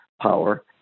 power